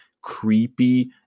creepy